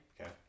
Okay